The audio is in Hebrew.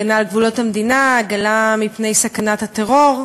הגנה על גבולות המדינה, הגנה מפני סכנת הטרור,